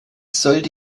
sollte